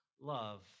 love